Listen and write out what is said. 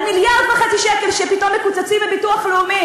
על מיליארד וחצי שקל שפתאום מקצצים מהביטוח הלאומי